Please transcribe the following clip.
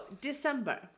December